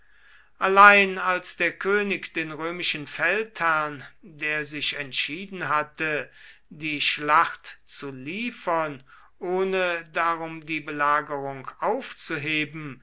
allein als der könig den römischen feldherrn der sich entschieden hatte die schlacht zu liefern ohne darum die belagerung aufzuheben